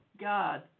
God